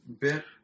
bit